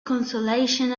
consolation